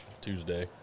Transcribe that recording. Tuesday